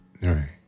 Right